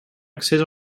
accés